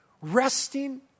resting